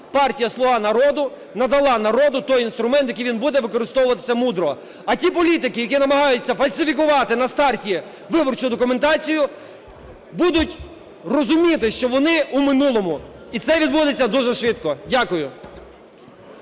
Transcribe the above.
партія "Слуга народу" надала народу той інструмент, який він буде використовувати мудро. А ті політики, які намагаються фальсифікувати на старті виборчу документацію, будуть розуміти, що вони у минулому і це відбудеться дуже швидко. Дякую.